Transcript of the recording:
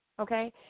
Okay